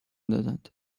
دادند